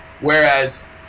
Whereas